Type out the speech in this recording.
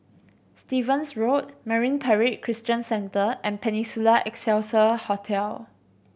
Stevens Road Marine Parade Christian Centre and Peninsula Excelsior Hotel